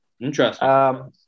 Interesting